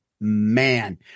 man